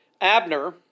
Abner